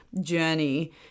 journey